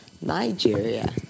nigeria